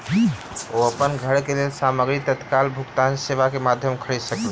ओ अपन घरक लेल सामग्री तत्काल भुगतान सेवा के माध्यम खरीद सकला